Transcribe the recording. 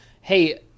hey